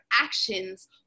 actions